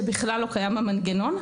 שבכלל לא קיים במנגנון,